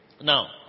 now